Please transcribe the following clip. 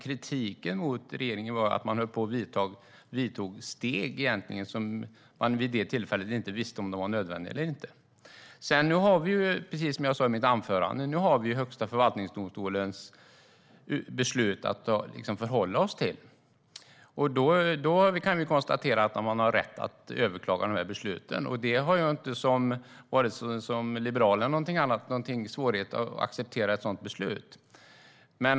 Kritiken mot regeringen var att man höll på att vidta steg som man vid det tillfället inte visste om de var nödvändiga eller inte. Precis som jag sa i mitt anförande har vi nu Högsta förvaltningsdomstolens beslut att förhålla oss till. Enligt det har man rätt att överklaga dessa beslut, och jag har varken som liberal eller något annat någon svårighet att acceptera ett sådant beslut.